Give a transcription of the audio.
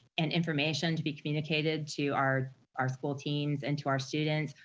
and information to be communicated to our our school teams and to our students.